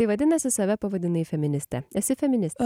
tai vadinasi save pavadinai feministe esi feministė